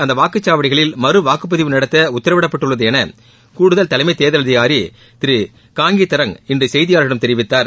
அந்தவாக்குச்சாவடிகளில் மறுவாக்குப்பதிவு நடத்தஉத்தரவிடப்பட்டுள்ளதுஎனகூடுதல் தலைமைத் தேர்தல் அதிகாரிகாங்கிதரங் இன்றுசெய்தியாளர்களிடம் தெரிவித்தார்